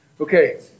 Okay